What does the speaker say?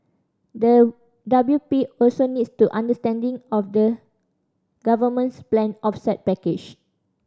the W P also needs to understanding of the government's planned offset package